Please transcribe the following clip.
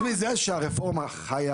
חוץ מזה שהרפורמה חיה